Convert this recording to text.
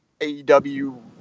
AEW